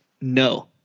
No